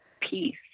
peace